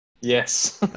Yes